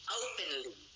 openly